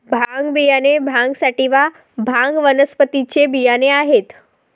भांग बियाणे भांग सॅटिवा, भांग वनस्पतीचे बियाणे आहेत